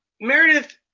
Meredith